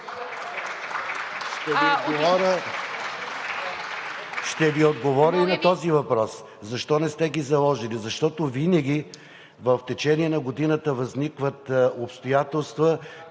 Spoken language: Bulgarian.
Ще Ви отговоря и на този въпрос – защо не сте ги заложили? Защото винаги в течение на годината възникват обстоятелства,